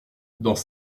dans